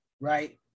right